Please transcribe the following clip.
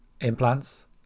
implants